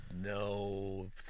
No